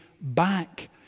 back